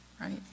right